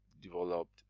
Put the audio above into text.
developed